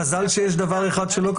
קשור.